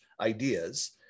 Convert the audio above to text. ideas